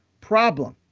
problem